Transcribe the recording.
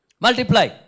multiply